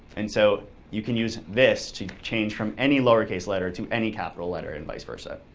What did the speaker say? and so you can use this to change from any lowercase letter to any capital letter and vice versa.